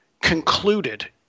concluded